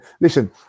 listen